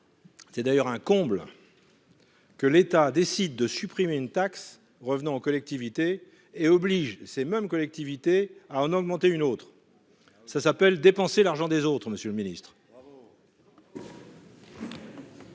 C'est un comble que l'État décide de supprimer une taxe revenant aux collectivités et oblige ces mêmes collectivités à en augmenter une autre. Cela s'appelle dépenser l'argent des autres, monsieur le ministre